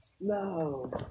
No